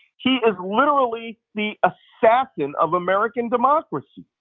he is literally the assassin of american democracy.